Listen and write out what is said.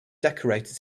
decorated